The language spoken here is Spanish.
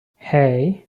hey